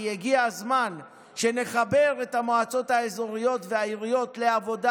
כי הגיע הזמן שנחבר את המועצות האזוריות והעיריות לעבודה